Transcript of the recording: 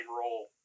role